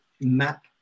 map